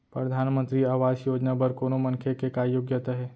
परधानमंतरी आवास योजना बर कोनो मनखे के का योग्यता हे?